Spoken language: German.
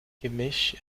gemisch